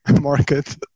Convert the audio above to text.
market